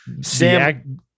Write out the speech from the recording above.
Sam